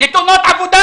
לתאונות עבודה.